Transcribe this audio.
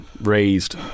raised